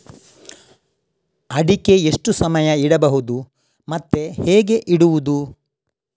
ಅಡಿಕೆ ಎಷ್ಟು ಸಮಯ ಇಡಬಹುದು ಮತ್ತೆ ಹೇಗೆ ಇಡುವುದು?